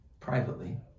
privately